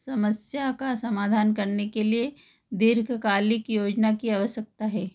समस्या का समाधान करने के लिए दीर्घकालिक योजना की आवश्यकता है